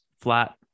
flat